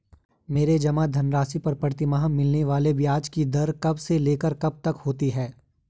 मेरे जमा धन राशि पर प्रतिमाह मिलने वाले ब्याज की दर कब से लेकर कब तक होती है?